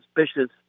suspicious